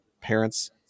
parents